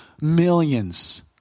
millions